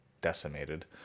decimated